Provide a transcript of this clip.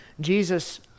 Jesus